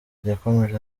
yakomeje